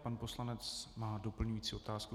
Pan poslanec má doplňující otázku.